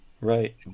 Right